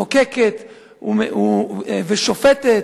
מחוקקת ושופטת,